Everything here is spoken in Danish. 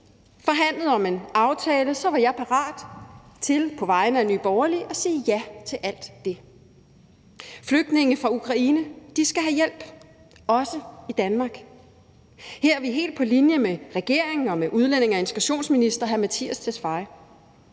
forhandlede om en aftale, var jeg parat til på vegne af Nye Borgerlige at sige ja til alt det. Flygtninge fra Ukraine skal have hjælp, også i Danmark. Her er vi helt på linje med regeringen og med udlændinge- og integrationsministeren. Ministeren